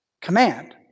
command